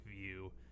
view